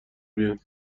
بیان